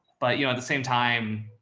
but you know, at the same time,